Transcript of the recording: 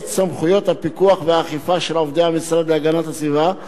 סמכויות הפיקוח והאכיפה של עובדי המשרד להגנת הסביבה,